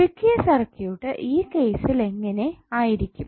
പുതുക്കിയ സർക്യൂട്ട് ഈ കേസിൽ എങ്ങനെ ആയിരിക്കും